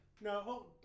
no